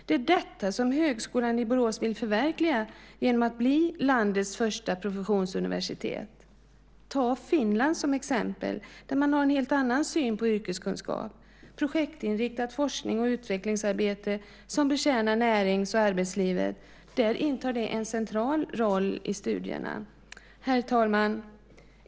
Det är detta som Högskolan i Borås vill förverkliga genom att bli landets första professionsuniversitet. Jag kan ta Finland som exempel, där man har en helt annan syn på yrkeskunskap, med projektinriktat forsknings och utvecklingsarbete som betjänar närings och arbetslivet. Där intar det en central roll i studierna. Herr talman!